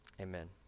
Amen